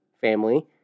family